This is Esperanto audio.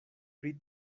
pri